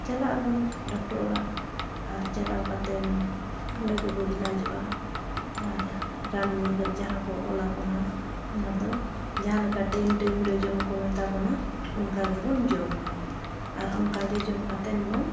ᱪᱟᱞᱟᱜᱼᱟᱵᱚᱱ doctor ᱚᱲᱟᱜ ᱟᱨ ᱪᱟᱞᱟᱣ ᱠᱟᱛᱮᱱ ᱚᱸᱰᱮ ᱜᱮᱵᱚᱱ ᱮᱞᱟᱡᱚᱜᱼᱟ ᱟᱨ ᱨᱟᱱ ᱢᱩᱨᱜᱟᱹ ᱡᱟᱦᱟᱸ ᱠᱚ ᱚᱞᱟᱵᱚᱱᱟ ᱚᱱᱟᱫᱚ ᱡᱟᱦᱟᱸᱞᱮᱠᱟ ᱴᱟᱹᱭᱤᱢ ᱴᱟᱹᱭᱤᱢ ᱨᱮ ᱡᱚᱢ ᱠᱚ ᱢᱮᱛᱟ ᱵᱚᱱᱟ ᱚᱱᱠᱟ ᱜᱮᱵᱚᱱ ᱡᱚᱢᱟ ᱟᱨ ᱚᱱᱠᱟᱜᱮ ᱡᱚᱢ ᱠᱟᱛᱮᱵᱚᱱ